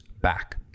back